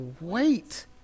wait